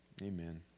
Amen